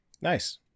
Nice